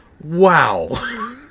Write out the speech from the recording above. wow